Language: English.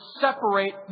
separate